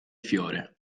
fiore